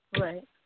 Right